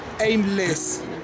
aimless